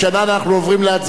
אנחנו עוברים להצבעה.